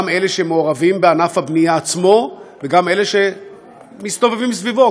גם אלה שמעורבים בענף הבנייה עצמו וגם אלה שמסתובבים סביבו,